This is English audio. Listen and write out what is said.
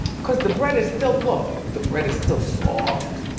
cause the bread is still, look, the bread is still soft.